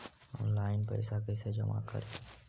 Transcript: Online पैसा कैसे जमा करे?